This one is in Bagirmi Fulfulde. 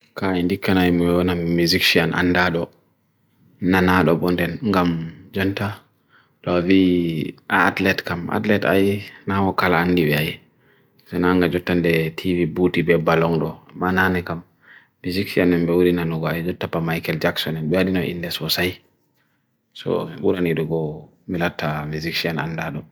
kaa indika nai mwaw na mizikshian andado nanado bwonden ngam janta dowdi aathlet kum, aathlet ayi na mwakala andi wye ayi senanga jotande tv bwuti bye balong ro manane kum mizikshian na mwurin nanugai jotapa Michael Jackson na bwere na indes wosai so bura niru go milata mizikshian andado